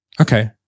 Okay